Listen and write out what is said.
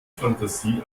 fantasie